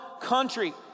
country